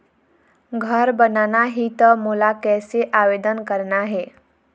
घर बनाना ही त मोला कैसे आवेदन करना हे?